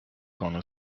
gonna